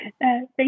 Thank